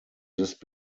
list